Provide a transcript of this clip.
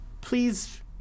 please